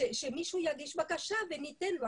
שמישהו יגיש בקשה וניתן לו.